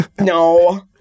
No